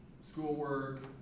schoolwork